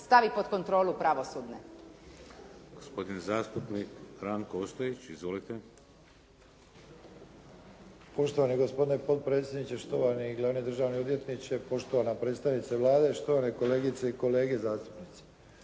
stavi pod kontrolu pravosudne.